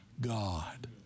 God